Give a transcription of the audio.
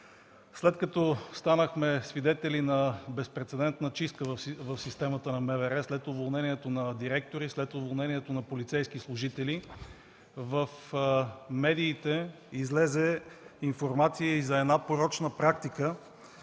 След като станахме свидетели на безпрецедентна чистка в системата на МВР – уволнението на директори, уволнението на полицейски служители, в медиите излезе информация и за една порочна практика